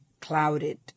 clouded